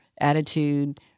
attitude